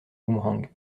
boomerang